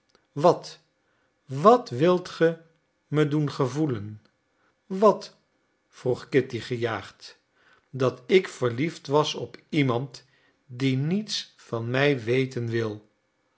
wat wat wilt ge me doen gevoelen wat vroeg kitty gejaagd dat ik verliefd was op iemand die niets van mij weten wil